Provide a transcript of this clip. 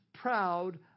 proud